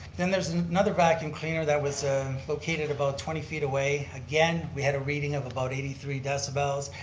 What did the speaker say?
then there's another vacuum cleaner that was located about twenty feet away, again we had a reading of about eighty three decibels.